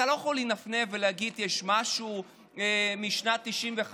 אתה לא יכול לנפנף ולהגיד: יש משהו משנת 1995,